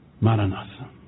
Maranatha